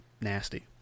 nasty